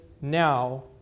now